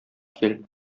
кил